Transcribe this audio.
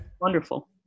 wonderful